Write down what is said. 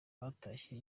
batashye